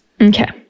Okay